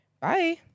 bye